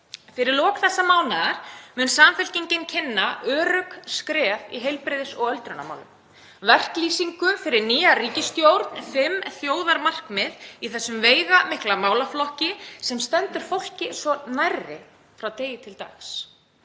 Fyrir lok þessa mánaðar mun Samfylkingin kynna: Örugg skref í heilbrigðis- og öldrunarmálum. Verklýsing fyrir nýja ríkisstjórn, fimm þjóðarmarkmið í þessum veigamikla málaflokki, sem stendur fólki svo nærri frá degi til dags,